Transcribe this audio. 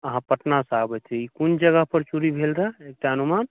अहाँ पटनासँ आबैत रहियै कोन जगह पर चोरी भेल रहय एकटा अनुमान